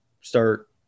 start